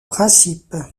principe